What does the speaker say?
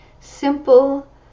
simple